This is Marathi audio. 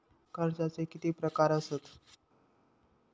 कर्जाचे किती प्रकार असात?